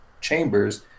chambers